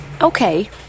Okay